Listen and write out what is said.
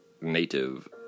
native